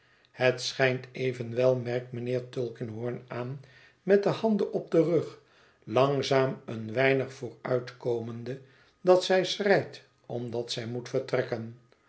het schijnt evenwel merkt mijnheer tulkinghorn aan met de handen op den rug langzaam een weinig vooruitkomende dat zij schreit omdat zij moet vertrekken